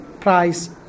price